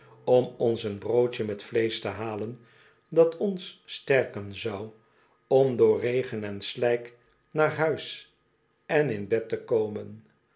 om ons een broodje met vleesch te halen dat ons sterken zou om door regen en slijk naar huis en in bed te komen